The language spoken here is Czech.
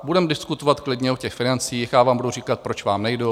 Budeme diskutovat klidně o těch financích, já vám budu říkat, proč vám nejdou.